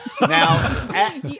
Now